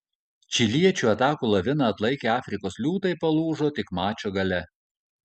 čiliečių atakų laviną atlaikę afrikos liūtai palūžo tik mačo gale